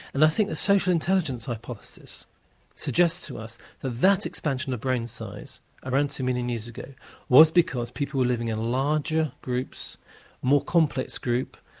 and i think the social intelligence hypothesis suggests to us that that expansion of brain size around two million years ago was because people were living in larger groups more complex groups,